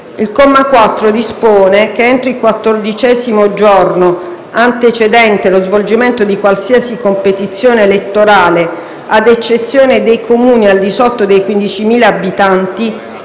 Il comma 4 dispone che entro il quattordicesimo giorno antecedente lo svolgimento di qualsiasi competizione elettorale, ad eccezione dei Comuni al di sotto dei 15.000 abitanti,